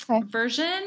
version